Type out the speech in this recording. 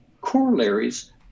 corollaries